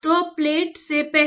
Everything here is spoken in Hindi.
तो प्लेट से पहले